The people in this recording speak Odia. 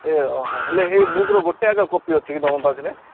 ଏ ହଁ ହେଲେ ଏ ବୁକ୍ର ଗୋଟେ କପି ଅଛି କି ତମ ପାଖରେ